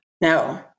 No